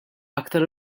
aktar